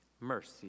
Mercy